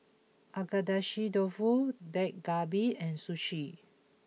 Agedashi Dofu Dak Galbi and Sushi